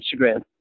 Instagram